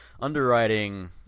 underwriting